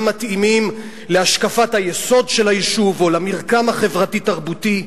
מתאימים להשקפת היסוד של היישוב או למרקם החברתי-תרבותי.